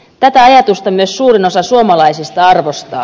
tätä ajatusta myös suurin osa suomalaisista arvostaa